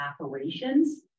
operations